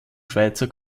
schweizer